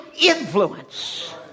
influence